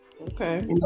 Okay